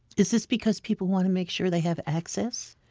is this because people want to make sure they have access?